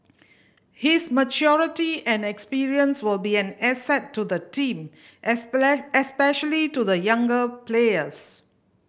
his maturity and experience will be an asset to the team especially to the younger players